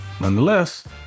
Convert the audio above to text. nonetheless